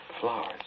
Flowers